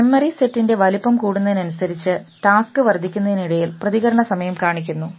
memory സെറ്റിന്റെ വലുപ്പം കൂടുന്നതിനനുസരിച്ച് ടാസ്ക് വർദ്ധിക്കുന്നതിനിടയിൽ പ്രതികരണ സമയം കാണിക്കുന്നു